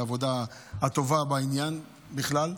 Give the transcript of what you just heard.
העבודה הטובה בעניין בכלל,